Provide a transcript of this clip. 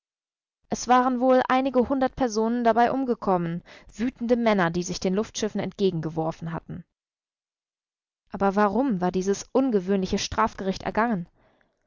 es waren wohl einige hundert personen dabei umgekommen wütende männer die sich den luftschiffen entgegengeworfen hatten aber warum war dieses ungewöhnliche strafgericht ergangen